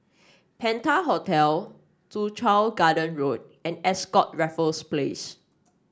Penta Hotel Soo Chow Garden Road and Ascott Raffles Place